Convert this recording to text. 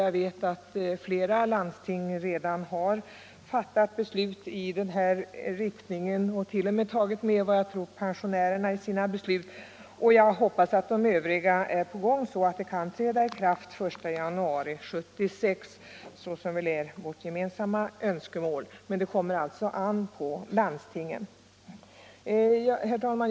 Jag vet att flera landsting redan har fattat beslut i den här riktningen och t.o.m. tagit med pensionärerna i sina beslut. Jag hoppas att de övriga är på gång, så att reformen kan träda i kraft den 1 januari 1976, vilket väl är vårt gemensamma önskemål. Men det kommer alltså an på landstingen. Herr talman!